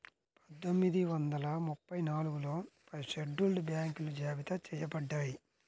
పందొమ్మిది వందల ముప్పై నాలుగులో షెడ్యూల్డ్ బ్యాంకులు జాబితా చెయ్యబడ్డాయి